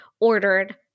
ordered